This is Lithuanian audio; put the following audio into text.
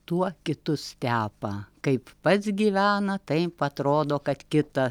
tuo kitus tepa kaip pats gyvena taip atrodo kad kita